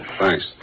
Thanks